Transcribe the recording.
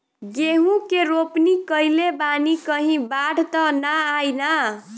गेहूं के रोपनी कईले बानी कहीं बाढ़ त ना आई ना?